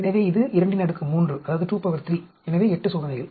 எனவே இது 23 எனவே 8 சோதனைகள்